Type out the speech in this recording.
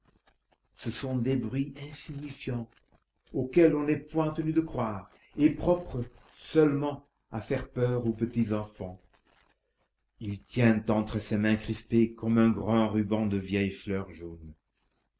ce sont des bruits insignifiants auxquels on n'est point tenu de croire et propres seulement à faire peur aux petits enfants il tient entre ses mains crispées comme un grand ruban de vieilles fleurs jaunes